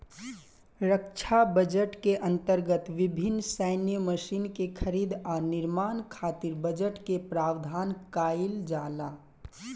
रक्षा budget के अंतर्गत विभिन्न सैन्य मशीन के खरीद आ निर्माण खातिर बजट के प्रावधान काईल जाला